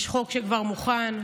יש חוק שכבר מוכן.